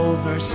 Over